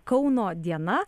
kauno diena